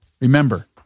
Remember